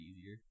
easier